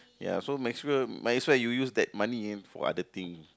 ya so might as well might as well you use that money in for other thing